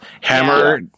Hammer